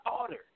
ordered